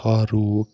Farooq